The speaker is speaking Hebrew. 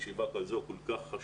בישיבה כל כך חשובה.